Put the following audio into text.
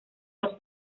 los